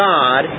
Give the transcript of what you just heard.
God